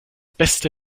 beste